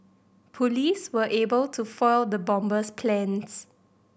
police were able to foil the bomber's plans